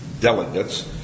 delegates